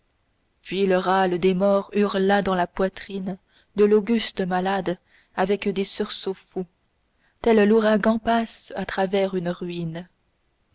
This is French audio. puis le râle des morts hurla dans la poitrine de l'auguste malade avec des sursauts fous tel l'ouragan passe à travers une ruine